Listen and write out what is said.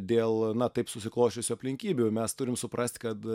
dėl na taip susiklosčiusių aplinkybių mes turim suprast kad